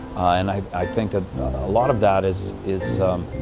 and i i think that a lot of that is is